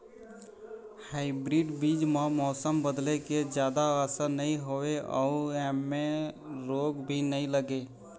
hybrid बीज म मौसम बदले के जादा असर नई होवे अऊ ऐमें रोग भी नई लगे